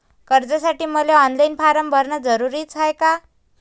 कर्जासाठी मले online form भरन जरुरीच हाय का?